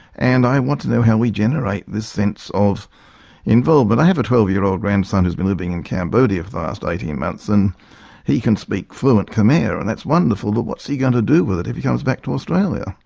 and i want to know how we generate this sense of involvement. i have a twelve year old grandson who's been living in cambodia for the last eighteen months and he can speak fluent khmer and that's wonderful, but what's he going to do with it if he comes back to australia?